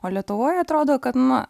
o lietuvoj atrodo kad na